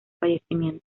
fallecimiento